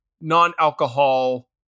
non-alcohol